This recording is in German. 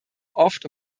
oft